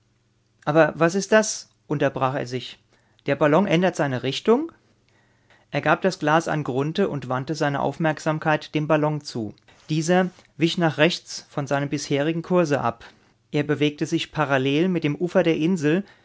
aber was ist das unterbrach er sich der ballon ändert seine richtung er gab das glas an grunthe und wandte seine aufmerksamkeit dem ballon zu dieser wich nach rechts von seinem bisherigen kurse ab er bewegte sich parallel mit dem ufer der insel